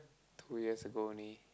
two years ago only